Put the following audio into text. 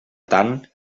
tant